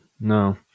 no